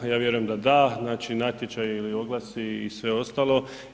Ja vjerujem da da, znači natječaji ili oglasi i sve ostalo.